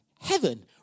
heaven